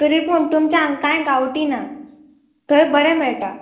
तरी पूण तुमच्या हांग कांय गांवठी ना थंय बरें मेळटा